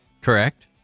Correct